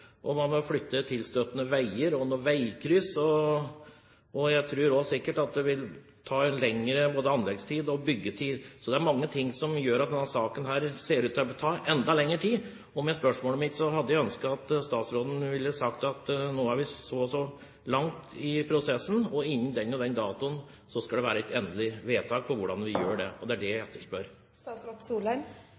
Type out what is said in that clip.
Og man må flytte tilstøtende veier og noen veikryss. Det vil sikkert bli både lengre anleggstid og lengre byggetid. Så det er mange ting som gjør at denne saken ser ut til å ta enda lengre tid. På spørsmålet mitt hadde jeg håpet at statsråden ville si at nå er vi så og så langt i prosessen, og innen den og den datoen skal det være et endelig vedtak på hvordan vi gjør det. Det er det jeg